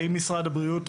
האם משרד הבריאות,